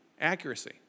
accuracy